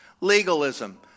Legalism